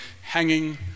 hanging